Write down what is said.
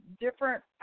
different